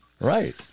Right